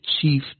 chief